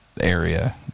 area